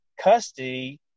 custody